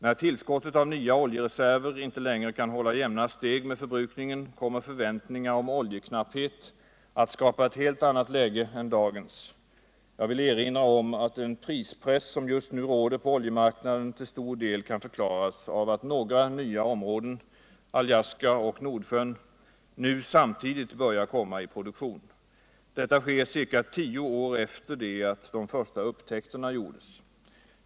När tillskottet av nya oljereserver inte längre kan hålla jämna steg med förbrukningen kommer förväntningar om oljeknapphet att skapa ett helt annat läge än dagens. Jag vill erinra om att den prispress som just nu råder på oljemarknaden till stor del kan förklaras av att några nya områden — Alaska och Nordsjön — nu samtidigt börjar komma i produktion. Detta sker ca 10 år efter det att de första upptäckterna gjordes.